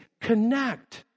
Connect